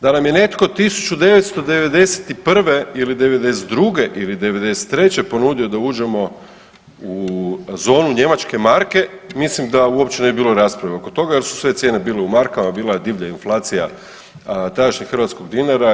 Da nam je netko 1991. ili '92. ili '93. ponudio da uđemo u zonu njemačke marke mislim da uopće ne bi bilo rasprave oko toga, jer su sve cijene bile u markama, bila je divlja inflacija tadašnjeg hrvatskog dinara.